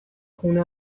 خونه